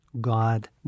God